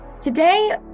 Today